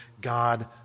God